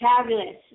Fabulous